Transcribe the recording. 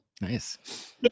Nice